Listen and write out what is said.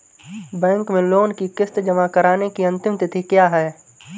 Bank में loan की किश्त जमा कराने की अंतिम तिथि क्या है?